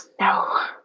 No